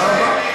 תודה רבה.